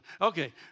Okay